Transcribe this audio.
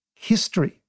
history